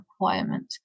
requirement